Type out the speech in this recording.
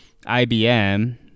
IBM